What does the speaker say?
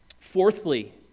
Fourthly